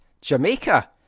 Jamaica